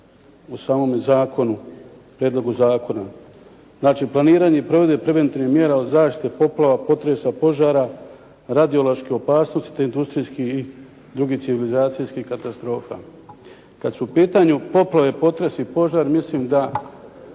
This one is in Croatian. u samome zakonu, prijedlogu zakona. Znači, planiranje i provedba preventivnih mjera od zaštite poplava, potresa, požara, radiološke opasnosti te industrijskih i drugih civilizacijskih katastrofa. Kad su u pitanju poplave, potresi i požari mislim da